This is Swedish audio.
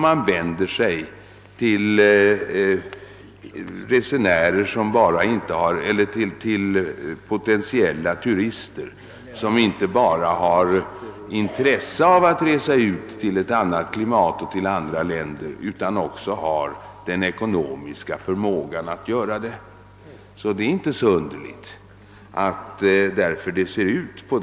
Man vänder sig till potentiella turister, som inte bara har intresse av att resa ut till ett annat klimat och till andra länder utan som också har den ekonomiska förmågan att göra det. Det är alltså inte så underligt att bilden är sådan den är.